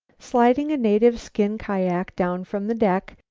sliding a native skin-kiak down from the deck,